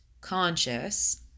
conscious